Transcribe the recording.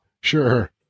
Sure